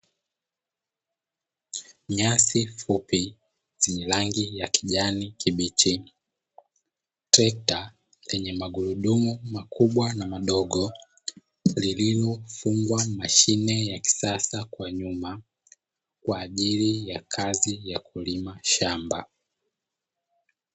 Nyasi fupi zenye rangi ya kijani kibichi. Trekta lenye magurudumu makubwa na madogo lililofungwa mashine ya kisasa kwa nyuma kwa ajili ya kazi ya kulima shamba.